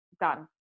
Done